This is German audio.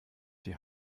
die